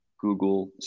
Google